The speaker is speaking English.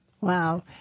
Wow